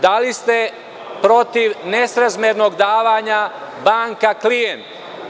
Da li ste protiv nesrazmernog davanja banka-klijent?